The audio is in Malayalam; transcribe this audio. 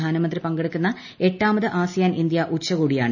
പ്രധാനമന്ത്രി പങ്കെടുക്കുന്ന എട്ടാമത് ആസിയാൻ ഇന്തൃ ഉച്ചകോടിയാണ്